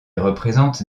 représente